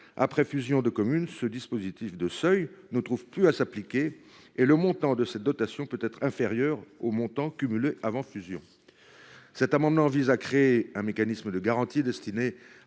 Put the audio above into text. Après fusion de communes, ce dispositif de seuil ne trouve plus à s’appliquer, et le montant de cette dotation peut être inférieur aux montants cumulés avant fusion. Cet amendement vise à créer un mécanisme de garantie destiné